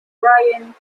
brian